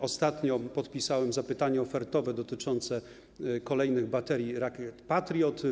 Ostatnio podpisałem zapytanie ofertowe dotyczące kolejnych baterii rakiet ˝Patriot˝